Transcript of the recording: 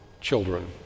children